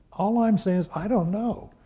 all i'm saying is i don't know.